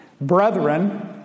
Brethren